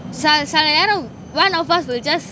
செல செல நேரம்:sela sela neram one of us will just